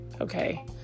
Okay